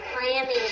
Miami